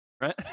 Right